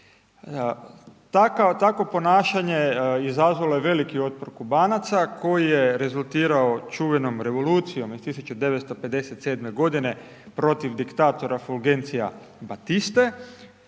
Takvo ponašanje izazvalo je veliki otpor Kubanaca koji je rezultirao čuvenom Revolucijom iz 1957. godine protiv diktatora Fulgencio-a Batiste,